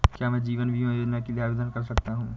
क्या मैं जीवन बीमा योजना के लिए आवेदन कर सकता हूँ?